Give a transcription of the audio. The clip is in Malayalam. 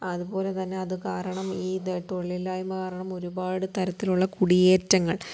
അതുപോലെ തന്നെ അത് കാരണം ഈ ഇത് തൊഴിലില്ലായ്മ കാരണം ഒരുപാട് തരത്തിലുള്ള കുടിയേറ്റങ്ങൾ